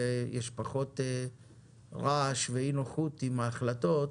ויש פחות רעש ואי נוחות עם ההחלטות,